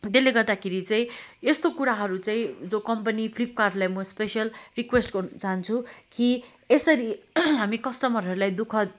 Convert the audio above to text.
त्यसले गर्दाखेरि चाहिँ यस्तो कुराहरू चाहिँ जो कम्पनी फ्लिपकार्टलाई म स्पेसल रिक्वेस्ट गर्न चाहन्छु कि यसरी हामी कस्टमरहरूलाई दुःख